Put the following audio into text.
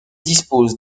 dispose